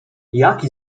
jaki